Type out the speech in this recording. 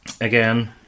again